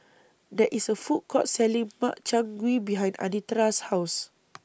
There IS A Food Court Selling Makchang Gui behind Anitra's House